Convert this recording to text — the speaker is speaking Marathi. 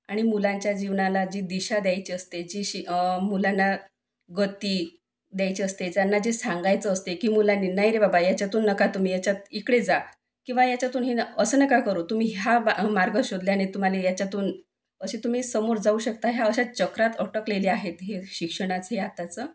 आणि मुलांच्या जीवनाला जी दिशा द्यायची असते जी शी मुलांना गती द्यायची असते त्यांना जे सांगायचं असते की मुलांनी नाही रे बाबा ह्याच्यातून नका तुम्ही याच्यात इकडे जा किंवा याच्यातून ही नं असं नका करू तुम्ही ह्या मार्ग शोधल्याने तुम्हाला याच्यातून असे तुम्ही समोर जाऊ शकता ह्या अश्या चक्रात अडकलेली आहेत हे शिक्षणाचं हे आत्ताचं